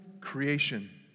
creation